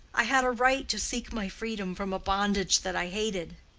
i had a right to seek my freedom from a bondage that i hated.